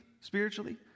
spiritually